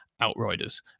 Outriders